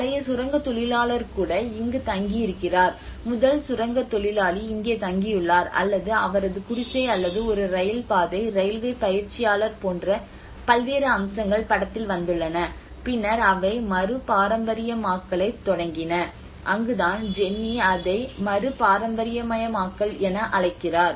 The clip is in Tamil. பழைய சுரங்கத் தொழிலாளர் கூட இங்கு தங்கியிருக்கிறார் முதல் சுரங்கத் தொழிலாளி இங்கே தங்கியுள்ளார் அல்லது அவரது குடிசை அல்லது ஒரு ரயில் பாதை ரயில்வே பயிற்சியாளர் போன்ற பல்வேறு அம்சங்கள் படத்தில் வந்துள்ளன பின்னர் அவை மறு பாரம்பரியமயமாக்கலைத் தொடங்கின அங்குதான் ஜென்னி அதை மறு பாரம்பரியமயமாக்கல் என அழைக்கிறார்